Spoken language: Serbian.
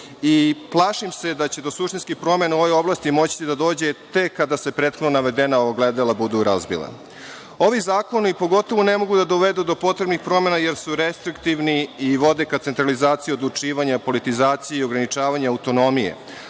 Plašim se da će do suštinskih promena u ovoj oblasti moći da dođe tek kada se prethodno navedena ogledala budu razbila. Ovi zakoni pogotovo ne mogu da dovedu do potrebnih promena, jer su restriktivni i vode ka centralizaciji odlučivanja, politizaciji i ograničavanju autonomije.